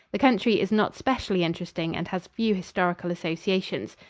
the country is not specially interesting and has few historical associations.